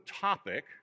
topic